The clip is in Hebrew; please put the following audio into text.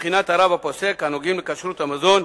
מבחינת הרב הפוסק, הנוגעים לכשרות המזון.